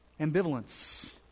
ambivalence